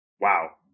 wow